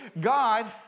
God